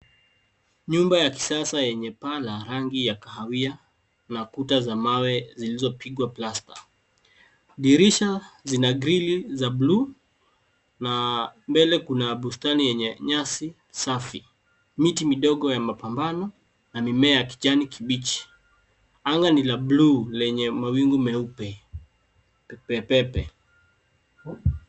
Nyumba ya kisasa yenye paa la rangi ya kahawia na kuta za mawe zilizopigwa plasta. Dirisha zina grili za bluu na mbele kuna bustani yenye nyasi safi, miti midogo ya mapambano na mimea ya kijani kibichi . Anga ni la buluu lenye mawingu meupe pe pe pe.